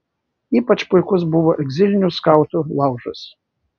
ypač puikus buvo egzilinių skautų laužas